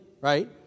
right